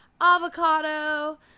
Avocado